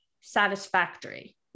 satisfactory